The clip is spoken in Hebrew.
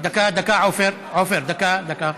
דקה עפר, דקה.